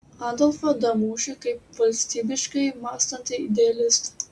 adolfą damušį kaip valstybiškai mąstantį idealistą